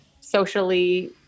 socially